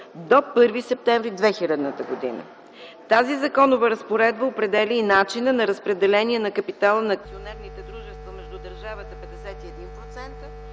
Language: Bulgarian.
до 1 септември 2000 г. Тази законова разпоредба определя и начина на разпределение на капитала на акционерните дружества между държавата -